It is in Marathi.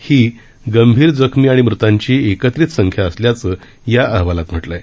ही गंभीर जखमी आणि मृतांची एकत्रित संख्या असल्याचं या अहवालात म्हटलंय